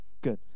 Good